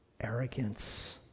arrogance